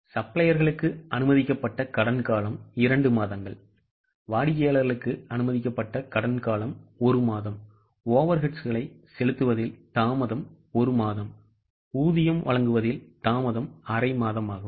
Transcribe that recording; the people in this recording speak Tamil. சப்ளையர்களுக்கு அனுமதிக்கப்பட்ட கடன் காலம் 2 மாதங்கள்வாடிக்கையாளர்களுக்கு அனுமதிக்கப்பட்ட கடன் காலம் 1 மாதம் overheadsகளை செலுத்துவதில் தாமதம் 1 மாதம்ஊதியம் வழங்குவதில் தாமதம் அரை மாதமாகும்